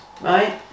right